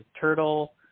turtle